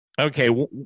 okay